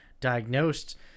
diagnosed